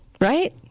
right